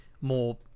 more